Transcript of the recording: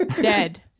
Dead